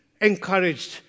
encouraged